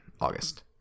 August